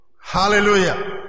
Hallelujah